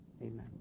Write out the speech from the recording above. amen